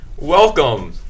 Welcome